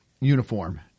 uniform